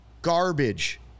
Garbage